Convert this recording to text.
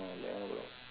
no eleven o'clock